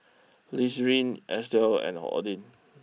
Lizeth Estel and Odin